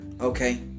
Okay